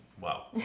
Wow